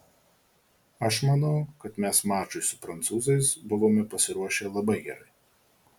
aš manau kad mes mačui su prancūzais buvome pasiruošę labai gerai